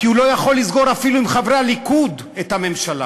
כי הוא לא יכול לסגור אפילו עם חברי הליכוד את הממשלה.